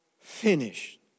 finished